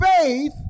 faith